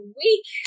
week